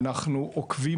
אנחנו עוקבים,